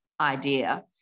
idea